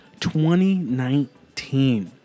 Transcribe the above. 2019